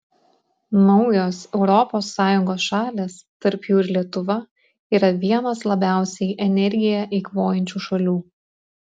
naujos europos sąjungos šalys tarp jų ir lietuva yra vienos labiausiai energiją eikvojančių šalių